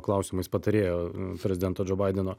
klausimais patarėjo prezidento džo baideno